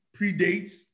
predates